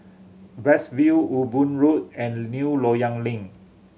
West View Ewe Boon Road and New Loyang Link